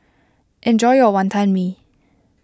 enjoy your Wantan Mee